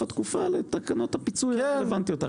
התקופה לתקנות הפיצוי הרלוונטיות.